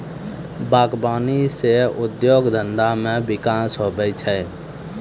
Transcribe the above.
बागवानी से उद्योग धंधा मे बिकास हुवै छै